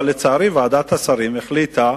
אבל לצערי ועדת השרים החליטה,